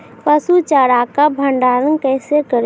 पसु चारा का भंडारण कैसे करें?